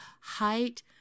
height